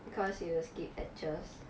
because you skipped lectures